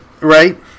Right